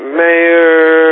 mayor